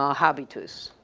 um habitus,